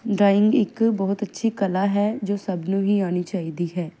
drawing ਇੱਕ ਬਹੁਤ ਅੱਛੀ ਕਲਾ ਹੈ ਜੋ ਸਭ ਨੂੰ ਹੀ ਆਉਣੀ ਚਾਹੀਦੀ ਹੈ